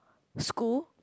school